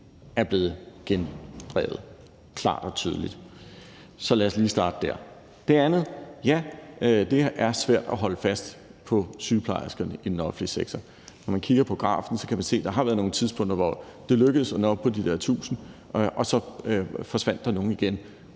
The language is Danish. er blevet gendrevet klart og tydeligt. Så lad os lige starte der. Med hensyn til det andet: Ja, det er svært at holde fast på sygeplejerskerne i den offentlige sektor. Når man kigger på grafen, kan man se, at der har været nogle tidspunkter, hvor det lykkedes at nå op på de der 1.000, og så forsvandt der nogle igen.